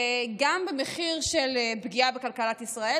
גם במחיר של פגיעה בכלכלת ישראל,